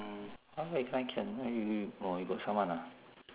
mm how come you can't can you you oh you got summon ah